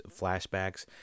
flashbacks